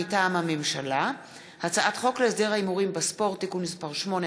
מטעם הממשלה: הצעת חוק להסדר ההימורים בספורט (תיקון מס' 8),